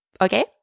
Okay